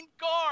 guard